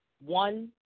one